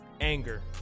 Anger